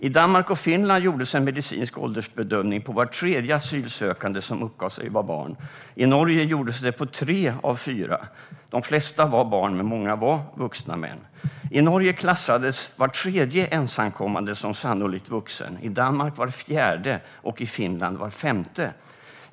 I Danmark och Finland gjordes en medicinsk åldersbedömning på var tredje asylsökande som uppgav sig vara barn. I Norge gjordes det på tre av fyra. De flesta var barn, men många var vuxna män. I Norge klassades var tredje ensamkommande som sannolikt vuxen, i Danmark var fjärde och i Finland var femte.